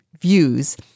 views